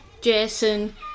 jason